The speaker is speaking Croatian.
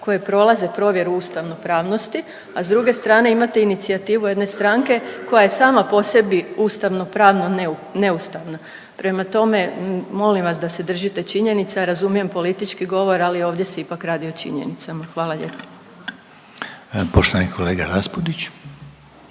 koje prolaze provjeru ustavnopravnosti, a s druge strane imate inicijativu jedne stranke koja je sama po sebi ustavno pravno neustavna. Prema tome molim vas da se držite činjenica, razumijem politički govor ali ovdje se ipak radi o činjenicama. Hvala lijepa. **Reiner, Željko